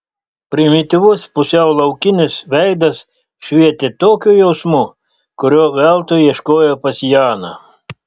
primityvus pusiau laukinis veidas švietė tokiu jausmu kurio veltui ieškojo pas janą